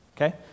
okay